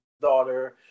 daughter